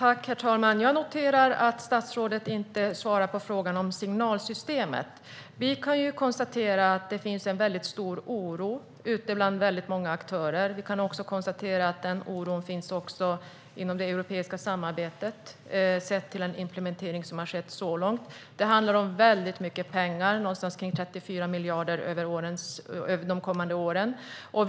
Herr talman! Jag noterar att statsrådet inte svarade på frågan om signalsystemet. Det finns en väldigt stor oro ute bland många aktörer. Den oron finns också inom det europeiska samarbetet, sett till den implementering som har skett så här långt. Det handlar om väldigt mycket pengar, någonstans kring 34 miljarder för de kommande åren.